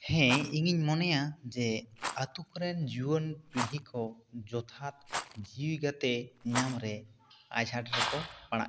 ᱦᱮᱸ ᱤᱧᱤᱧ ᱢᱚᱱᱮᱭᱟ ᱡᱮ ᱟᱛᱳ ᱠᱚᱨᱮᱱ ᱡᱩᱣᱟᱹᱱ ᱯᱤᱲᱦᱤ ᱠᱚ ᱡᱚᱛᱷᱟᱛ ᱡᱤᱣᱤ ᱜᱟᱛᱮ ᱧᱟᱢ ᱨᱮ ᱟᱡᱷᱟᱴ ᱨᱮᱠᱚ ᱯᱟᱲᱟᱜ ᱠᱟᱱᱟ